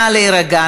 נא להירגע,